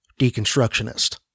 deconstructionist